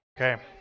Okay